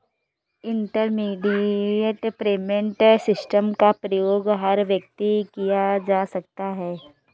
immediate payment system का प्रयोग हर वक्त किया जा सकता है